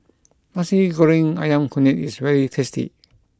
Nasi Goreng Ayam Kunyit is very tasty